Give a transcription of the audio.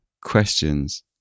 questions